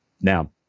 Now